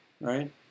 right